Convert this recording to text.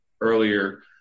earlier